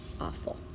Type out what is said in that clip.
Awful